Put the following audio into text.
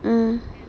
mm